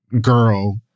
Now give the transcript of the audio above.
girl